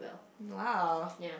!wow!